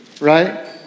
right